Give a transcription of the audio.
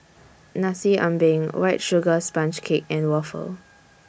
Nasi Ambeng White Sugar Sponge Cake and Waffle